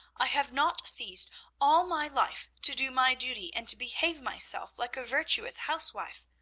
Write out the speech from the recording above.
i have not ceased all my life to do my duty and to behave myself like a virtuous housewife.